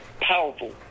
powerful